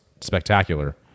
spectacular